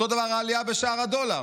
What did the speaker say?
אותו דבר העלייה בשער הדולר.